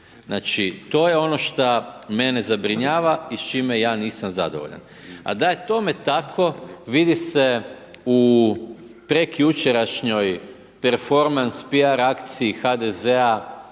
Znači to je ono šta mene zabrinjava i s čime ja nisam zadovoljan a da je tome tako, vidi se u prekjučerašnjoj performans PR akciji HDZ-a